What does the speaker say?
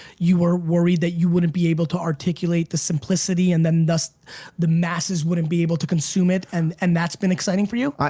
you were worried that you wouldn't be able to articulate the simplicity and then thus the masses wouldn't be able to consume it and and that's been exciting for you?